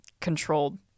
controlled